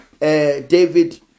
David